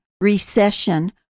recession